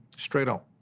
straight up.